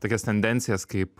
tokias tendencijas kaip